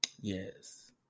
Yes